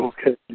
Okay